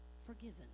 forgiven